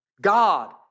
God